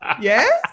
Yes